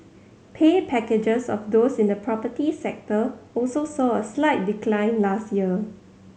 pay packages of those in the property sector also saw a slight decline last year